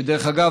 שדרך אגב,